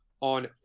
on